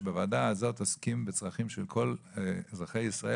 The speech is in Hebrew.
שבוועדה הזאת עוסקים בצרכים של כל אזרחי ישראל